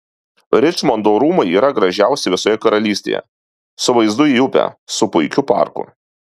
ričmondo rūmai yra gražiausi visoje karalystėje su vaizdu į upę su puikiu parku